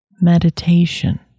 Meditation